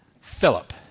Philip